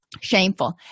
shameful